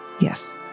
Yes